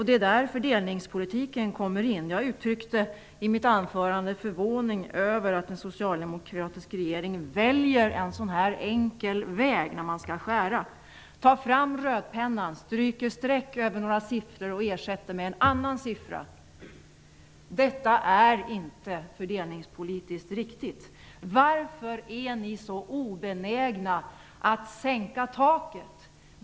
Det är där fördelningspolitiken kommer in. I mitt anförande uttryckte jag förvåning över att en socialdemokratisk regering väljer en så enkel väg när man skall skära. Man tar fram rödpennan, stryker streck över några siffror och ersätter dem med en annan siffra. Detta är inte fördelningspolitiskt riktigt. Varför är ni så obenägna att sänka taket?